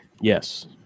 Yes